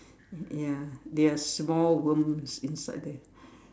ya there are small worms inside there